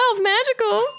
magical